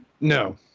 No